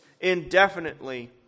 indefinitely